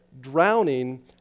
drowning